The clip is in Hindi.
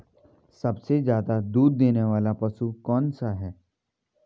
सबसे ज़्यादा दूध देने वाला पशु कौन सा है?